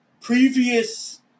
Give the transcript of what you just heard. previous